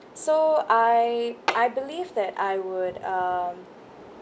so I I believe that I would um